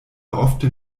ofte